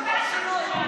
בושה.